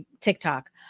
TikTok